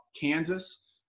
Kansas